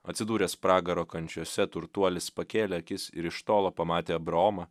atsidūręs pragaro kančiose turtuolis pakėlė akis ir iš tolo pamatė abraomą